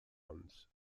ones